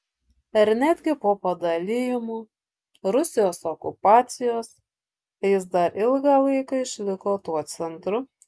ir netgi po padalijimų rusijos okupacijos jis dar ilgą laiką išliko tuo centru